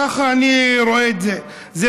ככה אני רואה את זה.